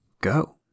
Go